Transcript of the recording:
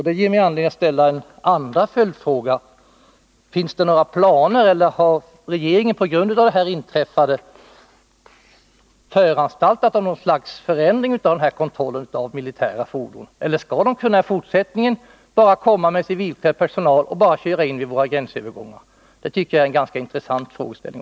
Det ger mig anledning att ställa min andra följdfråga: Finns det några planer härvidlag eller har regeringen på grund av det inträffade föranstaltat om någon förändring av kontrollen av militära fordon eller skall man också i fortsättningen bara kunna komma med civil personal och köra in över våra gränsövergångar? Det tycker jag är en ganska intressant frågeställning.